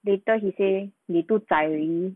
later he say 你 too tiring